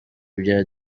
bya